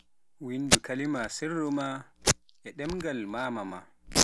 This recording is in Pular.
Winde kalima sirru ma e ɗemgal mama ma